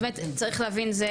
באמת צריך להבין,